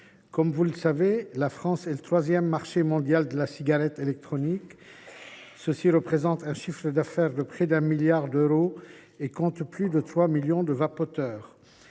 notre attention. La France est le troisième marché mondial de la cigarette électronique : il représente un chiffre d’affaires de près d’un milliard d’euros et compte plus de 3 millions de vapoteurs.